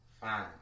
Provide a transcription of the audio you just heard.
fine